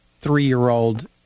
three-year-old